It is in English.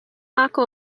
aka